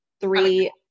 three